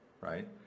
Right